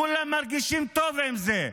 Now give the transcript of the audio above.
כולם מרגישים טוב עם זה.